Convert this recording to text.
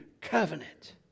covenant